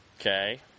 okay